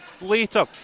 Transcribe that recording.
later